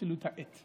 אפילו את העט,